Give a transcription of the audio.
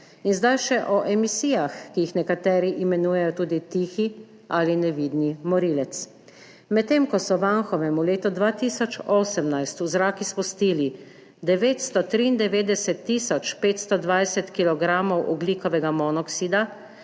In zdaj še o emisijah, ki jih nekateri imenujejo tudi tihi ali nevidni morilec. Medtem ko so v Anhovem v letu 2018 v zrak izpustili 993 tisoč 520 kilogramov ogljikovega monoksida,